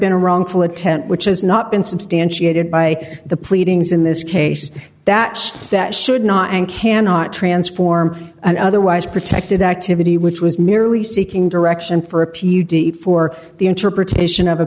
been a wrongful a tent which has not been substantiated by the pleadings in this case that that should not and cannot transform an otherwise protected activity which was merely seeking direction for a p u d for the interpretation of a